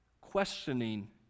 questioning